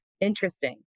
Interesting